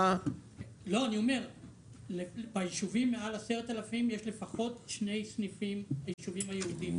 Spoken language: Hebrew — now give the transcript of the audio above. עם יותר מ-10,000 תושבים יש שני סניפים לפחות.